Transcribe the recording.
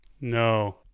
No